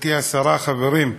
מכובדתי השרה, חברים,